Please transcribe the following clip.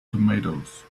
tomatoes